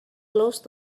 close